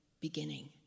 beginning